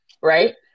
right